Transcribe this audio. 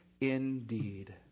indeed